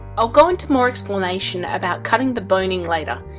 i'll go into more explanation about cutting the boning later,